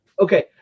Okay